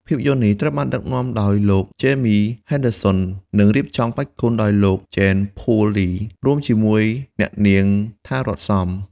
ភាពយន្តនេះត្រូវបានដឹកនាំដោយលោក Jimmy Henderson និងរៀបចំក្បាច់គុនដោយលោក Jean-Paul Ly រួមជាមួយអ្នកនាង ថា រ័ត្ន សំ។